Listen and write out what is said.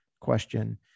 question